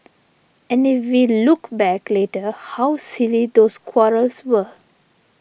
and if we look back later how silly those quarrels were